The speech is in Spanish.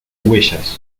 huellas